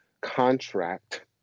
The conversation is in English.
contract